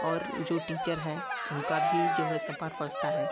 और जो टीचर हैं उसका भी जो है सब पाठ पढ़ता है